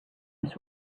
was